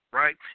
right